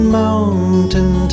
mountain